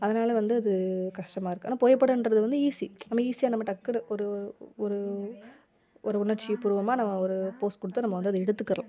அதனால் வந்து அது கஷ்டமாக இருக்குது ஆனால் புகைப்படோன்றது வந்து ஈஸி நம்ம ஈஸியாக நம்ம டக்குன்னு ஒரு ஒரு ஒரு உணர்ச்சி பூர்வமாக நம்ம ஒரு போஸ் கொடுத்து நம்ம வந்து அதை எடுத்துக்கடலாம்